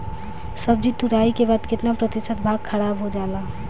सब्जी तुराई के बाद केतना प्रतिशत भाग खराब हो जाला?